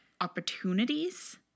opportunities